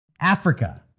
Africa